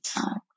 time